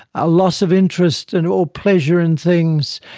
a loss of interest in all pleasure in things,